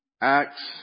acts